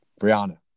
Brianna